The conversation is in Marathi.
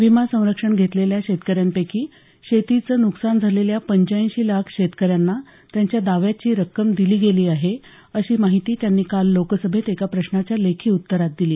विमासंरक्षण घेतलेल्या शेतकऱ्यांपैकी शेतीचं नुकसान झालेल्या पंच्याऐंशी लाख शेतकऱ्यांना त्यांच्या दाव्याची रक्कम दिली गेली आहे अशी माहिती त्यांनी काल लोकसभेत एका प्रश्नाच्या लेखी उत्तरात दिली